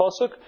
pasuk